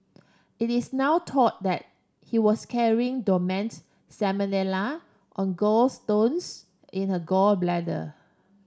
it is now thought that he was carrying dormant salmonella on gallstones in her gall bladder